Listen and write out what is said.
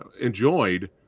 enjoyed